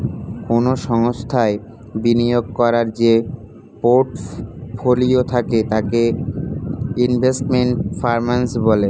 কোন সংস্থায় বিনিয়োগ করার যে পোর্টফোলিও থাকে তাকে ইনভেস্টমেন্ট পারফর্ম্যান্স বলে